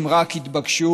אם רק יתבקשו,